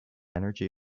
energy